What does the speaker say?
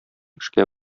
эшкә